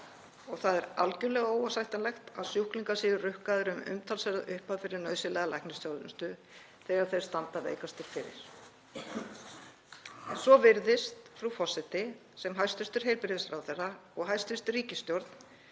og það er algerlega óásættanlegt að sjúklingar séu rukkaðir um umtalsverða upphæð fyrir nauðsynlega læknisþjónustu þegar þeir standa veikastir fyrir. Svo virðist, frú forseti, sem hæstv. heilbrigðisráðherra og hæstv. ríkisstjórn